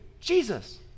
Jesus